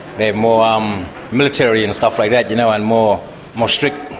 they're more um military and stuff like that, you know and more more strict.